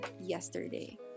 yesterday